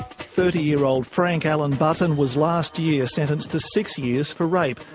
thirty-year-old frank alan button was last year sentenced to six years for rape.